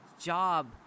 job